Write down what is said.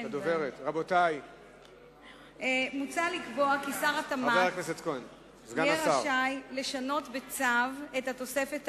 מוצע לקבוע כי שר התמ"ת יהיה רשאי לשנות בצו את התוספת האמורה,